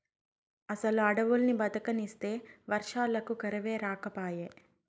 అసలు అడవుల్ని బతకనిస్తే వర్షాలకు కరువే రాకపాయే